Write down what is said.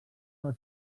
les